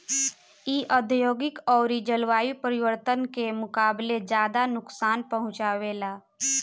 इ औधोगिक अउरी जलवायु परिवर्तन के मुकाबले ज्यादा नुकसान पहुँचावे ला